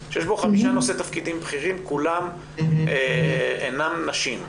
שיש בו חמישה נושאי תפקידים בכירים כולם אינם נשים,